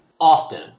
often